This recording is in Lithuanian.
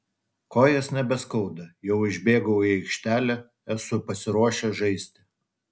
kojos nebeskauda jau išbėgau į aikštelę esu pasiruošęs žaisti